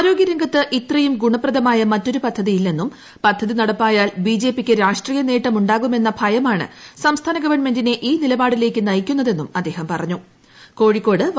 ആരോഗ്യരംഗത്ത് ഇത്രയും ഗുണപ്രദമായ മറ്റൊരു പദ്ധതി ഇല്ലെന്നൂറ്റ് പ്പദ്ധതി നടപ്പായാൽ ബി ജെ പിക്ക് രാഷ്ട്രീയ നേട്ടമുണ്ടാകുമെന്ന് ഭയമാണ് സംസ്ഥാന ഗവൺമെന്റിനെ ഈ നിലപാടിലേക്ക് നയിക്കുന്നതെന്നും അദ്ദേഹം കോഴിക്കോട് പറഞ്ഞു